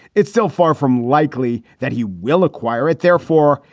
it's still far from likely that he will acquire it. therefore,